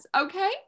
okay